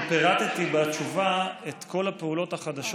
אני פירטתי בתשובה את כל הפעולות החדשות